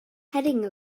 heading